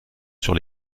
sur